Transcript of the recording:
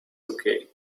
okay